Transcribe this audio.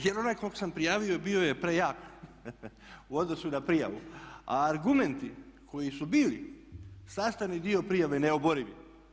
Jer onaj kog sam prijavio bio je prejak u odnosu na prijavu, a argumenti koji su bili sastavni dio prijave neoborivi.